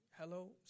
Hello